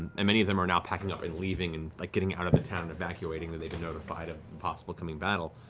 and many of them are now packing up and leaving and like getting out of the town, and evacuating when they've been notified of the possible coming battle.